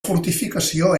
fortificació